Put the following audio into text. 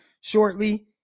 shortly